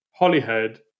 Hollyhead